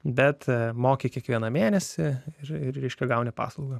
bet mokė kiekvieną mėnesį ir iš ką gauni paslaugą